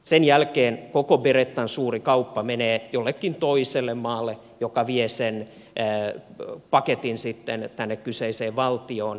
sen jälkeen koko berettan suuri kauppa menee jollekin toiselle maalle joka vie sen paketin sitten tänne kyseiseen valtioon